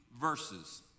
verses